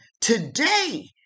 today